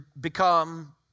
become